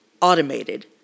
automated